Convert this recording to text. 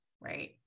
right